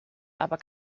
aber